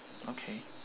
okay